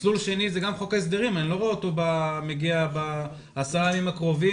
מסלול שני הוא חוק ההסדרים ואני לא רואה אותו מגיע בעשרת הימים הקרובים.